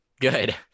Good